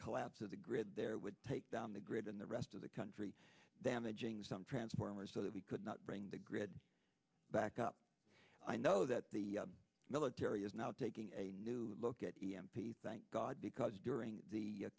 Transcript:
collapse of the grid there would take down the grid and the rest of the country damaging some transformers so that we could not bring the grid back up i know that the military is now taking a new look at e m p thank god because during the